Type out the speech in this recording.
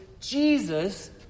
Jesus